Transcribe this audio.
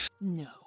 No